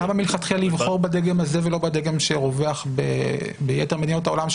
למה מלכתחילה לבחור בדגם הזה ולא בדגם שרווח ביתר מדינות העולם,